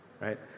right